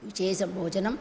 विशेषभोजनम्